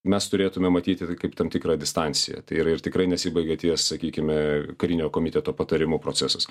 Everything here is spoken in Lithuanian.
mes turėtume matyti tai kaip tam tikrą distanciją tai yra ir tikrai nesibaigia ties sakykime karinio komiteto patarimu procesas